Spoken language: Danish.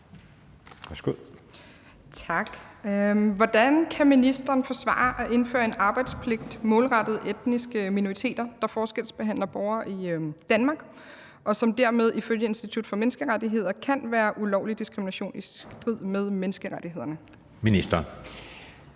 Hvordan kan ministeren forsvare at indføre en arbejdspligt målrettet etniske minoriteter, der forskelsbehandler borgere i Danmark, og som dermed ifølge Institut for Menneskerettigheder kan være ulovlig diskrimination i strid med menneskerettighederne? Kl.